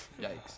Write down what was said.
Yikes